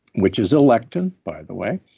which is a lectin, by the way.